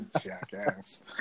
jackass